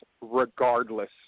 regardless